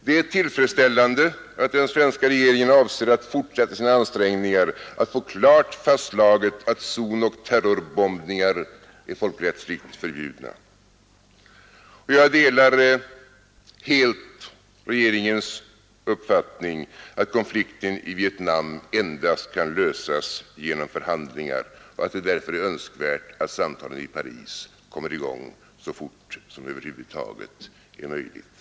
Det är också tillfredsställande när man skriver: ”Vi avser att fortsätta våra ansträngningar för att få klart fastslaget att zonoch terrorbombningar är folkrättsligt förbjudna.” Slutligen delar jag helt regeringens uppfattning att konflikten i Vietnam endast kan lösas genom förhandlingar och att det därför är önskvärt att samtalen i Paris kommer i gång så fort som det över huvud taget är möjligt.